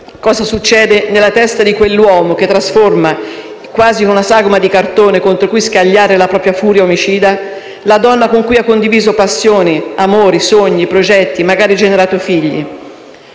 cosa succede nella testa di quell'uomo che trasforma quasi in una sagoma di cartone, contro cui scagliare la propria furia omicida, la donna con cui ha condiviso passione, amore, sogni, progetti e magari ha generato figli.